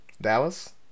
Dallas